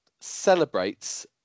celebrates